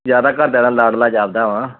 ਜ਼ਿਆਦਾ ਘਰਦਿਆਂ ਦਾ ਲਾਡਲਾ ਜ਼ਿਆਦਾ ਵਾ